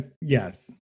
yes